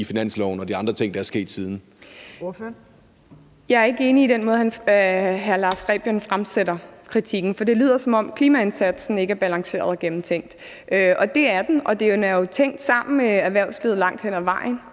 Ordføreren. Kl. 10:40 Ida Auken (RV): Jeg er ikke enig i den måde, hr. Lars Rebien Sørensen fremsætter kritikken på, for det lyder, som om klimaindsatsen ikke er balanceret og gennemtænkt. Det er den, og den er jo udtænkt sammen med erhvervslivet langt hen ad vejen,